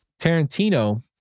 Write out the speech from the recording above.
Tarantino